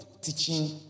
teaching